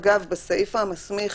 אגב, בסעיף המסמיך